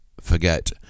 forget